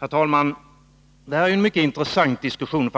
Herr talman! Det här är en mycket intressant diskussion. Jag